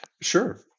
Sure